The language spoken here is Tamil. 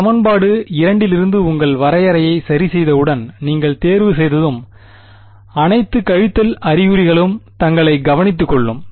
சமன்பாடு 2 இலிருந்து உங்கள் வரையறையை சரிசெய்தவுடன் நீங்கள் தேர்வுசெய்ததும் அனைத்து கழித்தல் அறிகுறிகளும் தங்களைக் கவனித்துக் கொள்ளும்